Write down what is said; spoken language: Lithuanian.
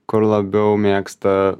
kur labiau mėgsta